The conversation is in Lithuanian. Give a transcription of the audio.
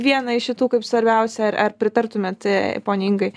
vieną iš šitų kaip svarbiausią ar ar pritartumėt e poniai ingai